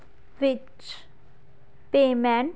ਵਿੱਚ ਪੇਮੈਂਟ